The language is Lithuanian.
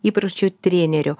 įpročių treneriu